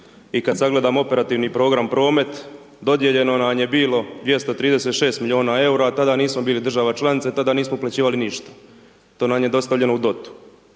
i kad sagledamo operativni program promet, dodijeljeno nam je bilo 236 milijuna eura, a tada nismo bili država članica i tada nismo uplaćivali ništa. To nam je dosta